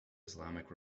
islamic